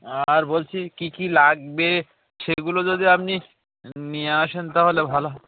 আর বলছি কী কী লাগবে সেগুলো যদি আপনি নিয়ে আসেন তাহলে ভালো হয়